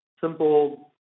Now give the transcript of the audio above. simple